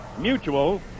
Mutual